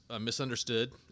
misunderstood